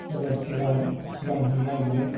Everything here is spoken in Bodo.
सोरबा सिगाङाव सिगां होनो नागिरो